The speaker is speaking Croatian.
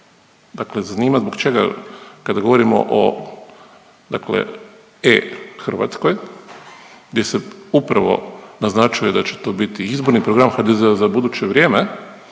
dakle zanima zbog čega kada govorimo dakle e-Hrvatskoj gdje se upravo naznačuje da će to biti izborni program HDZ-ov za buduće vrijeme,